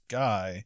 guy